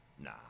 Nah